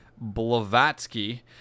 blavatsky